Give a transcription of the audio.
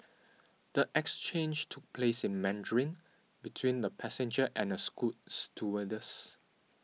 the exchange took place in Mandarin between the passenger and a scoot stewardess